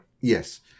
Yes